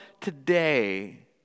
today